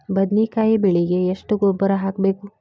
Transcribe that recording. ಬದ್ನಿಕಾಯಿ ಬೆಳಿಗೆ ಎಷ್ಟ ಗೊಬ್ಬರ ಹಾಕ್ಬೇಕು?